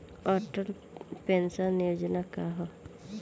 Atal pension Yojana का ह?